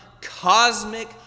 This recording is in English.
cosmic